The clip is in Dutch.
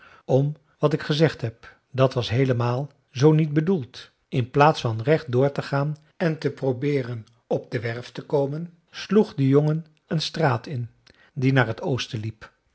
om wat ik gezegd heb dat was heelemaal zoo niet bedoeld in plaats van recht door te gaan en te probeeren op de werf te komen sloeg de jongen een straat in die naar het oosten liep